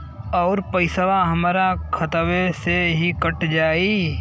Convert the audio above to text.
अउर पइसवा हमरा खतवे से ही कट जाई?